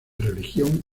religión